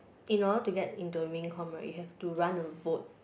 in order to get into the main comm right you have to run a vote